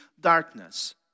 darkness